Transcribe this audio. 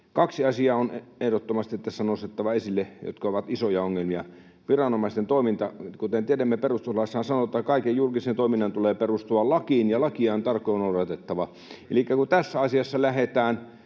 pyyntöä. On ehdottomasti nostettava tässä esille kaksi asiaa, jotka ovat isoja ongelmia. Viranomaisten toiminta: Kuten tiedämme, perustuslaissahan sanotaan, että kaiken julkisen toiminnan tulee perustua lakiin ja lakia on tarkoin noudatettava. Elikkä kun tässä asiassa lähdetään